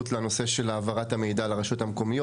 לנושא של העברת המידע לרשויות המקומיות.